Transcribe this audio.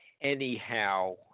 anyhow